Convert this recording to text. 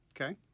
Okay